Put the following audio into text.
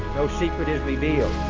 no secret is revealed.